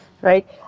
Right